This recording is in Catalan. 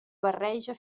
barreja